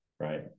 right